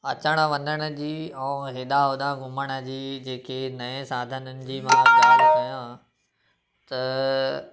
अचणु वञण जी ऐं हेॾा होॾा घुमण जी जेके नए साधननि जी मां ॻाल्हि मां कयां त